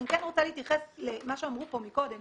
אני כן רוצה להתייחס למה שאמרו פה קודם